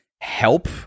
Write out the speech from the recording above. help